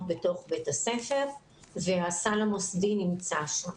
בתוך בית הספר והסל המוסדי נמצא שם.